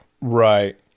Right